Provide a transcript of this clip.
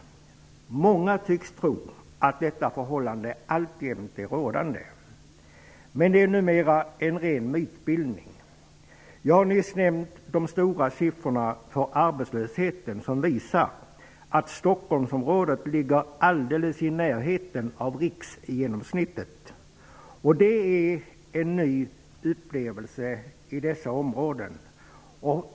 Många tycks tro att detta förhållande alltjämt är rådande, men det är numera en ren myt. Jag har nyss nämnt de höga siffror för arbetslösheten som visar att Stockholmsområdet ligger alldeles i närheten av riksgenomsnittet. Det är en ny upplevelse i dessa områden.